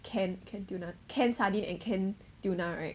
can can tuna canned sardine and canned tuna right